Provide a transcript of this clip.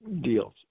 deals